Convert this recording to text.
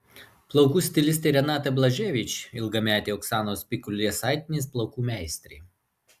plaukų stilistė renata blaževič ilgametė oksanos pikul jasaitienės plaukų meistrė